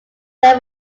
they